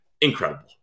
Incredible